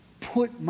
Put